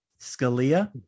Scalia